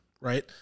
right